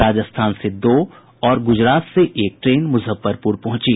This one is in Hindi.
राजस्थान से दो और ग्रजरात से एक ट्रेन मुजफ्फरपुर पहुंची